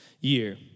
year